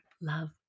love